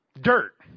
dirt